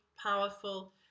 powerful